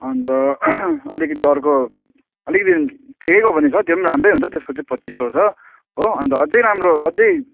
अन्त अलिकति अर्को अलिकति ठिकैको पनि छ त्यो पनि राम्रै हुन्छ त्यसको चाहिँ पच्चिस सौ हुन्छ हो अन्त अझै राम्रो अझै